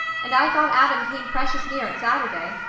and i thought adam came precious near it saturday.